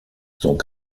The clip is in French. sont